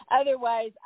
Otherwise